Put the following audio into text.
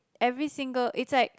every single it's like